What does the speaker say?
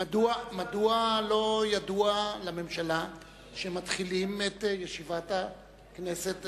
מאת חבר הכנסת עפו אגבאריה וקבוצת חברי הכנסת,